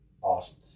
Awesome